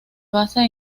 basa